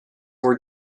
were